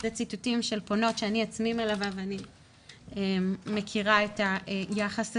זה ציטוטים של פונות שאני עצמי מלווה ואני מכירה את היחס הזה.